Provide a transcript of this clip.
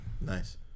Nice